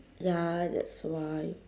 ya that's why